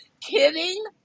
kidding